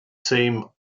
same